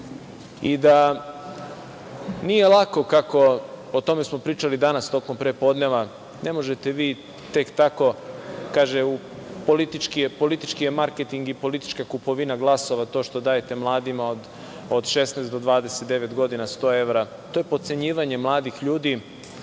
i da nije lako, o tome smo pričali danas tokom prepodneva, ne možete vi tek tako, kaže - politički je marketing i politička kupovina glasova to što dajete mladima od 16 do 29 godina 100 evra, to je potcenjivanje mladih ljudi. Ja